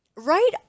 right